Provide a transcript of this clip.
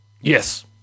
Yes